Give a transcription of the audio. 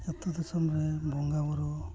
ᱟᱛᱳᱼᱫᱤᱥᱚᱢ ᱨᱮ ᱵᱚᱸᱜᱟᱼᱵᱩᱨᱩ